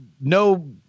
no